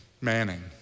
Manning